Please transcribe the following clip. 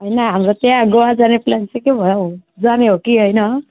होइन हाम्रो त्यहाँ गोवा जाने प्लान चाहिँ के भयो यो जाने हो कि होइन